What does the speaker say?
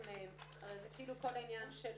הרי זה כאילו כל העניין של